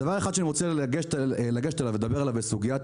הדבר האחד שאני רוצה לגשת ולדבר עליו בסוגיית